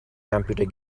computer